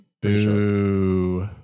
Boo